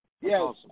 Yes